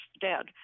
dead